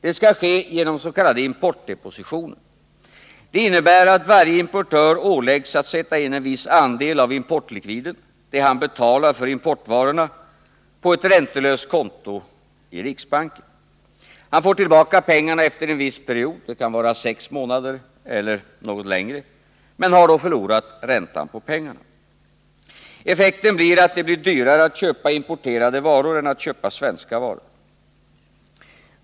Det skall ske genom s.k. importdepositioner: Varje importör åläggs att sätta in en viss andel av importlikviden — det han betalar för importvarorna — på ett räntelöst konto i riksbanken. Han får tillbaka pengarna efter en viss period — det kan vara sex månader eller något mer — men han har då förlorat räntan på pengarna. Effekten blir att det blir dyrare att köpa importerade varor än att köpa svenska varor.